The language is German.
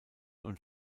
und